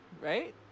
right